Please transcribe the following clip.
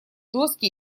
доски